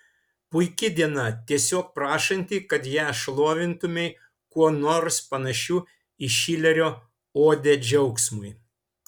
puiki diena tiesiog prašanti kad ją šlovintumei kuo nors panašiu į šilerio odę džiaugsmui